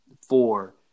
four